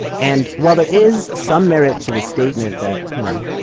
and while there is some merit to the statement that you know.